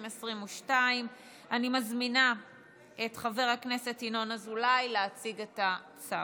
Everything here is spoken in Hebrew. התשפ"ג 2022. אני מזמינה ינון אזולאי להציג את הצו.